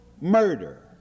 murder